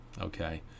okay